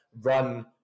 run